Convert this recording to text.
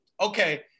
okay